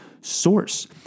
source